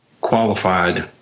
qualified